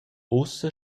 ussa